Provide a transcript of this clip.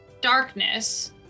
darkness